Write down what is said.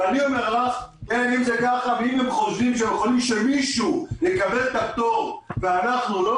ואם הם חושבים שמישהו יקבל את הפטור ואנחנו לא